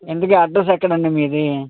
ఇంతకీ అడ్రస్ ఎక్కడండి మీది